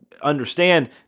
understand